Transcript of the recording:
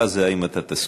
האם אתה תסכים.